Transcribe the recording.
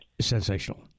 sensational